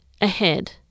ahead